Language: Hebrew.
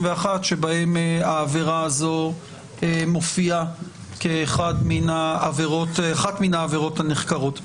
2021 שבהם העבירה הזאת מופיעה כאחת העבירות הנחקרות.